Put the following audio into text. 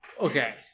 Okay